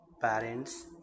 Parents